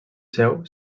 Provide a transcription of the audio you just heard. seu